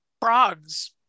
Frogs